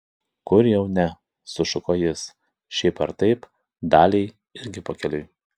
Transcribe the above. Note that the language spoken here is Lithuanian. kur jau ne sušuko jis šiaip ar taip daliai irgi pakeliui